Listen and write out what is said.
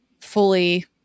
fully